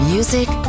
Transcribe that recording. Music